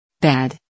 bad